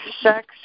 sex